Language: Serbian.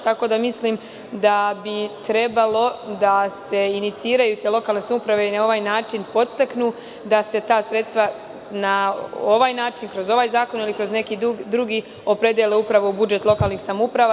Tako da mislim da bi trebalo da se iniciraju te lokalne samouprave i na ovaj način podstaknu da se ta sredstva na ovaj način, kroz ovaj zakon ili kroz neki drugi opredele upravo u budžet lokalnih samouprava.